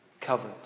covered